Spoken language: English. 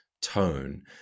tone